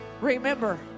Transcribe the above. Remember